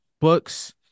books